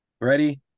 Ready